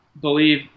believe